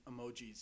emojis